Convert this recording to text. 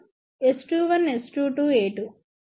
కాబట్టి a1 S21S22 a2